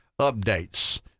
updates